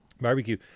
barbecue